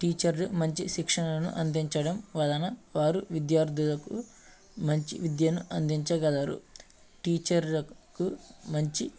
టీచర్లు మంచి శిక్షణను అందించడం వలన వారు విద్యార్థులకు మంచి విద్యను అందించగలరు టీచర్లకు మంచి